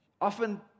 Often